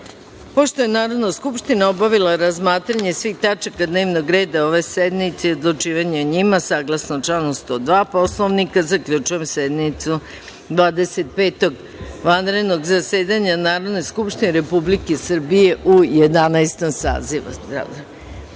je Narodna skupština obavila razmatranje svih tačaka dnevnog reda ove sednice i odlučivanje o njima, saglasno članu 102. Poslovnika, zaključujem sednicu Dvadeset petog vanrednog zasedanja Narodne skupštine Republike Srbije u Jedanaestom